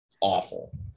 Awful